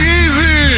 easy